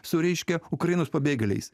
su reiškia ukrainos pabėgėliais